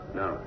no